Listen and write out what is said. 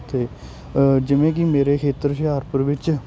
ਅਤੇ ਜਿਵੇਂ ਕਿ ਮੇਰੇ ਖੇਤਰ ਹੁਸ਼ਿਆਰਪੁਰ ਵਿੱਚ